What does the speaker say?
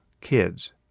kids